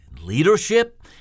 leadership